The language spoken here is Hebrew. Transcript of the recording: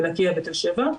לקיה ותל שבע,